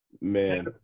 Man